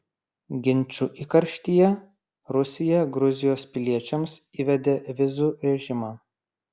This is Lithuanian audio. ginčų įkarštyje rusija gruzijos piliečiams įvedė vizų režimą